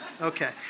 Okay